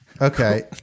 Okay